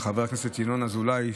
לחבר הכנסת ינון אזולאי,